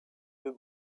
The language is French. deux